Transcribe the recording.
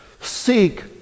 seek